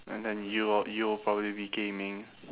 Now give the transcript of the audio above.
and then you w~ you will probably be gaming